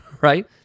right